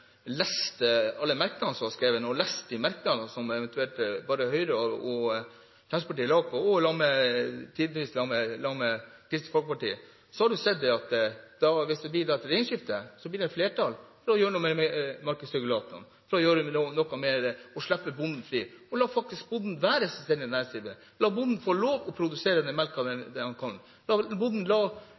lest alle merknadene som er skrevet, og lest de merknadene som Høyre og Fremskrittspartiet har sammen, tidvis også sammen med Kristelig Folkeparti, hadde han sett at hvis det blir et regjeringsskifte, blir det flertall for å gjøre noe med markedsregulatoren og å gjøre noe for å slippe bonden fri og la bonden være selvstendig næringsdrivende, la bonden få lov å produsere den melken han kan, la bonden